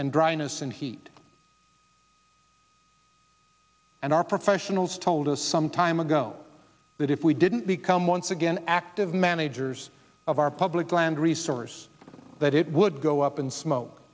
and dryness and heat and our professionals told us some time ago that if we didn't become once again active managers of our public land resource that it would go up in smoke